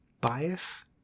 bias